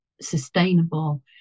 sustainable